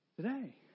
today